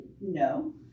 no